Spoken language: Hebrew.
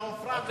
לא עופרה.